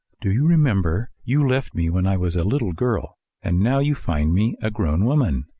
do you remember? you left me when i was a little girl and now you find me a grown woman.